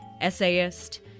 essayist